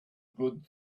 good